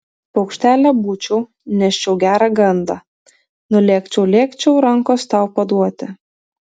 paukštelė būčiau neščiau gerą gandą nulėkčiau lėkčiau rankos tau paduoti